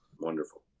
Wonderful